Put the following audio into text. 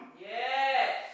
Yes